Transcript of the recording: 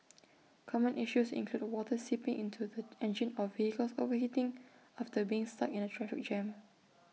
common issues include water seeping into the engine or vehicles overheating after being stuck in A traffic jam